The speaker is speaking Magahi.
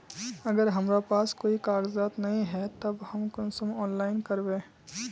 अगर हमरा पास कोई कागजात नय है तब हम कुंसम ऑनलाइन करबे?